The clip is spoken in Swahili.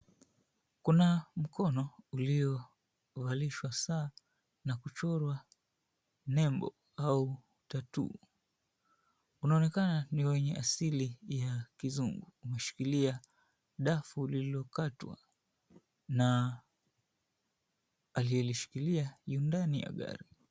kuna mkono uliiyo valishwa saa na kuchorwa nembo au tatoo, unaonekana una asili ya kizungu umeshikilia dafu ulililokatwa na aliyelishikilia yu ndani ya gari.